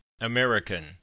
American